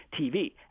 TV